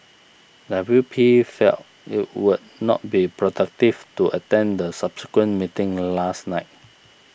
W P felt it would not be productive to attend the subsequent meeting last night